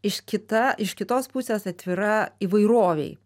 iš kita iš kitos pusės atvira įvairovei